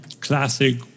classic